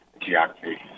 Geography